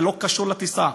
זה לא קשור לטיסה.